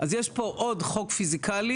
אז יש פה עוד חוק פיסיקלי: